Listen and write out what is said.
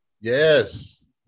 Yes